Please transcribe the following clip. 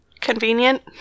convenient